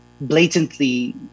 blatantly